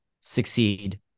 succeed